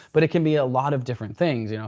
but it can be a lot of different things. you know